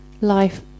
life